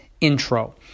intro